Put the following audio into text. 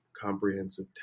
comprehensive